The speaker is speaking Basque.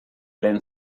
lehen